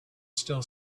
still